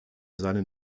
seinen